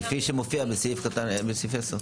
כפי שמופיע בסעיף 10"?